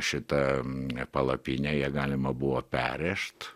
šitą palapinę ją galima buvo perrėžt